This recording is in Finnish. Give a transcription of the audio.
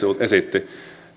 esitti